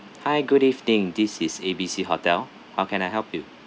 hi good evening this is A B C hotel how can I help you